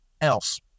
else